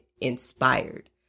inspired